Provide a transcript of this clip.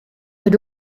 had